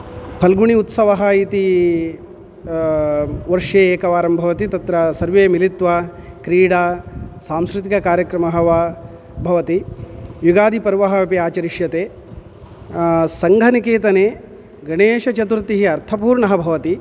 फल्गुणी उत्सवः इति वर्षे एकवारं भवति तत्र सर्वे मिलित्वा क्रीडा सांस्कृतिककार्यक्रमः वा भवति युगादिपर्वः अपि आचरिष्यते सङ्घनिकेतने गणेशचतुर्थिः अर्थपूर्णः भवति